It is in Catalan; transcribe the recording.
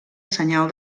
senyal